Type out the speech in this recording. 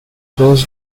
those